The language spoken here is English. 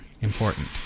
Important